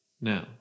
now